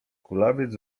kulawiec